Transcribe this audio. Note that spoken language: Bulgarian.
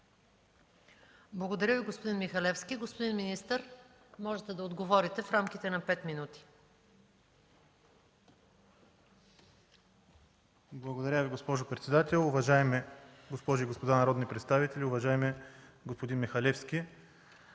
Благодаря Ви, господин Михалевски. Господин министър, можете да отговорите в рамките на пет минути. МИНИСТЪР ПЕТЪР ЧОБАНОВ: Благодаря Ви, госпожо председател. Уважаеми госпожи и господа народни представители, уважаеми господин Михалевски!